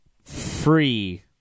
free